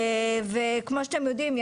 וכמו שאתם יודעים,